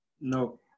No